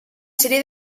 sèrie